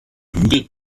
hügel